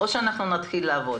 או שאנחנו נתחיל לעבוד.